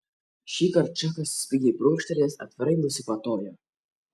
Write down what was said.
šįkart čakas spigiai prunkštelėjęs atvirai nusikvatojo